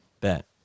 bet